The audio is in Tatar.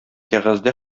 кәгазьдә